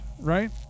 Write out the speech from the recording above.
right